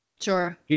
Sure